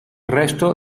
resto